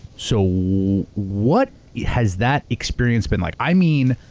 so what has that experience been like? i mean,